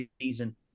season